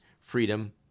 freedom